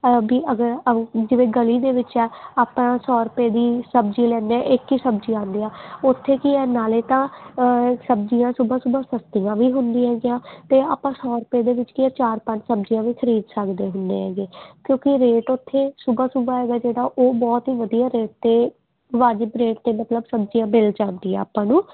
ਅਗਰ ਅਗਰ ਜਿਵੇਂ ਗਲੀ ਦੇ ਵਿੱਚ ਆ ਆਪਾਂ ਸੌ ਰੁਪਏ ਦੀ ਸਬਜ਼ੀ ਲੈਂਦੇ ਹਾਂ ਇੱਕ ਹੀ ਸਬਜ਼ੀ ਆਉਂਦੇ ਆ ਉੱਥੇ ਕੀ ਏ ਨਾਲੇ ਤਾਂ ਸਬਜ਼ੀਆਂ ਸੁਬਹਾ ਸੁਬਹਾ ਸਸਤੀਆਂ ਵੀ ਹੁੰਦੀਆਂ ਜਾਂ ਤਾਂ ਆਪਾਂ ਸੌ ਰੁਪਏ ਦੇ ਵਿੱਚ ਕੀ ਆ ਚਾਰ ਪੰਜ ਸਬਜ਼ੀਆਂ ਵੀ ਖਰੀਦ ਸਕਦੇ ਹੁੰਦੇ ਹੈਗੇ ਕਿਉਂਕਿ ਰੇਟ ਉੱਥੇ ਸੁਬਹਾ ਸੁਬਹਾ ਹੈਗਾ ਜਿਹੜਾ ਉਹ ਬਹੁਤ ਹੀ ਵਧੀਆ ਰੇਟ 'ਤੇ ਵਾਜਿਬ ਰੇਟ 'ਤੇ ਮਤਲਬ ਸਬਜ਼ੀਆਂ ਮਿਲ ਜਾਂਦੀਆਂ ਆਪਾਂ ਨੂੰ